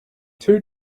two